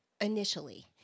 initially